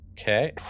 Okay